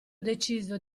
deciso